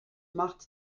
macht